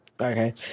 Okay